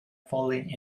falling